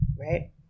right